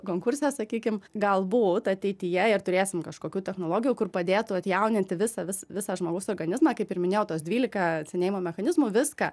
konkurse sakykim galbūt ateityje ir turėsim kažkokių technologijų kur padėtų atjauninti visą vis visą žmogaus organizmą kaip ir minėjau tuos dvylika senėjimo mechanizmų viską